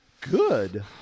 good